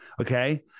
okay